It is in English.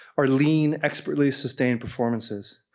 are lean, expertly sustained performances.